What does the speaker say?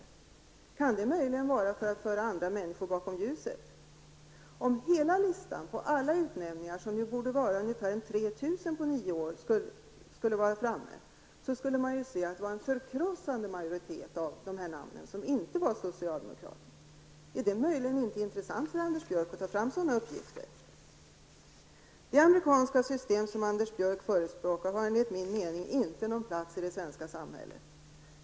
Kan det möjligen vara för att föra andra människor bakom ljuset? Om hela listan på alla utnämningar -- det borde vara ungefär 3 000 namn på nio år -- skulle vara med, skulle man se att en förkrossande majoritet av dessa namn inte var socialdemokrater. Är det möjligen inte intressant för Anders Björck att ta fram sådana uppgifter? Det amerikanska system som Anders Björck förespråkar har enligt min mening inte någon plats i det svenska samhället.